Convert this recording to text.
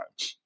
time